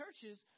churches